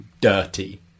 dirty